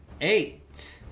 Eight